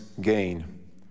gain